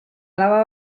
alaba